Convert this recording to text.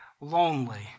lonely